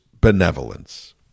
benevolence